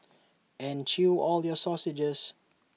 and chew all your sausages